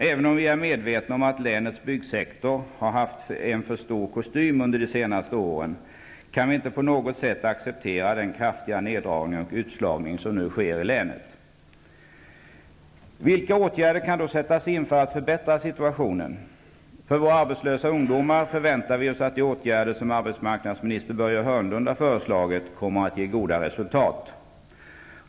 Även om vi är medvetna om att länets byggsektor har haft en för stor kostym under de senaste åren, kan vi inte på något sätt acceptera den kraftiga neddragning och utslagning som nu sker i länet. Vilka åtgärder kan då sättas in för att förbättra situationen? För våra arbetslösa ungdomar förväntar vi oss att de åtgärder som arbetsmarknadsminister Börje Hörnlund har föreslagit kommer att ge goda resultat.